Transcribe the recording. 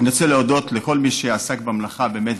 אני רוצה להודות לכל מי שעסק במלאכה באמת,